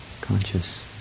conscious